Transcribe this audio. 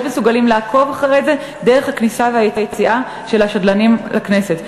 מסוגלים לעקוב אחרי זה דרך הכניסה והיציאה של השדלנים לכנסת.